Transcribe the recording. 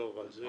תחזור על זה.